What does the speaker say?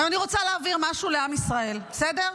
אני רוצה להבהיר משהו לעם ישראל, בסדר?